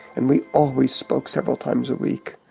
and we always spoke several times a week.